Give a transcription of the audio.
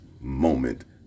moment